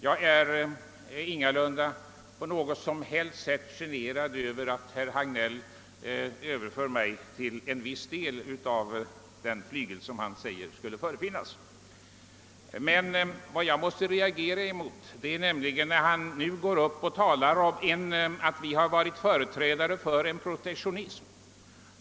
Jag är ingalunda generad över att herr Hagnell vill placera mig på en viss flygel, som han säger skulle förefinnas. Jag måste emellertid reagera när herr Hagnell säger att vi på vårt håll har varit företrädare för en protektionism.